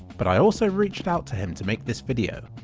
but i also reached out to him to make this video.